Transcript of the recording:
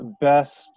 best